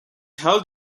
held